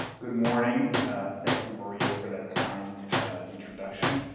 good morning thank you maria for the kind introduction.